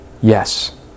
Yes